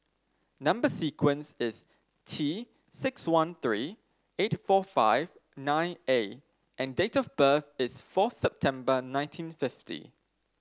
number sequence is T six one three eight four five nine A and date of birth is four September nineteen fifty